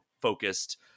focused